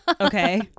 Okay